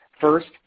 First